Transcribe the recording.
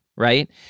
right